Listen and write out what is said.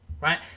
right